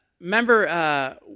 remember